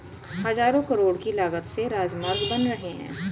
हज़ारों करोड़ की लागत से राजमार्ग बन रहे हैं